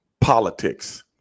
politics